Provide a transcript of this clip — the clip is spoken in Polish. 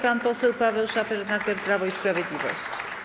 Pan poseł Paweł Szefernaker, Prawo i Sprawiedliwość.